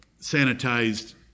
sanitized